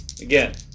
again